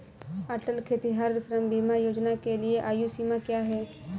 अटल खेतिहर श्रम बीमा योजना के लिए आयु सीमा क्या है?